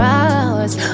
hours